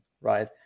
right